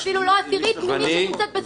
זה אפילו לא עשירית ממי שמתעסק בזנות.